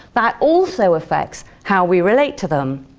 that also affects how we relate to them.